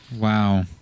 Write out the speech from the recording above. Wow